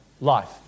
life